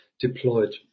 deployed